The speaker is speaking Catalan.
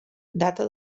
data